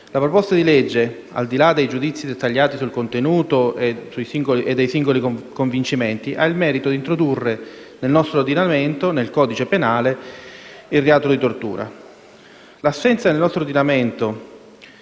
La proposta di legge, al di là dei giudizi dettagliati sul contenuto e dei singoli convincimenti, ha il merito di introdurre nel nostro ordinamento, nel codice penale, il reato di tortura. L'assenza nel nostro ordinamento